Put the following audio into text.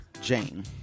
Jane